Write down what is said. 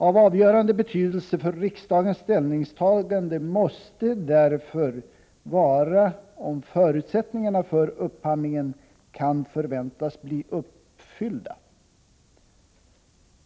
Av avgörande betydelse för riksdagens ställningstagande måste därför vara om förutsättningarna för upphandlingen kan förväntas bli uppfyllda.